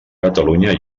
catalunya